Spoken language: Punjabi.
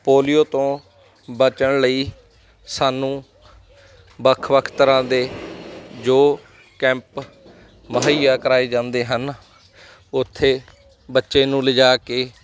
ਪੋਲੀਓ ਤੋਂ ਬਚਣ ਲਈ ਸਾਨੂੰ ਵੱਖ ਵੱਖ ਤਰ੍ਹਾਂ ਦੇ ਜੋ ਕੈਂਪ ਮੁਹੱਈਆ ਕਰਾਏ ਜਾਂਦੇ ਹਨ ਉੱਥੇ ਬੱਚੇ ਨੂੰ ਲਿਜਾ ਕੇ